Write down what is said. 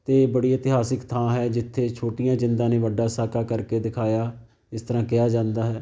ਅਤੇ ਇਹ ਬੜੀ ਇਤਿਹਾਸਿਕ ਥਾਂ ਹੈ ਜਿੱਥੇ ਛੋਟੀਆਂ ਜਿੰਦਾਂ ਨੇ ਵੱਡਾ ਸਾਕਾ ਕਰਕੇ ਦਿਖਾਇਆ ਜਿਸ ਤਰ੍ਹਾਂ ਕਿਹਾ ਜਾਂਦਾ ਹੈ